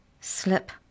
Slip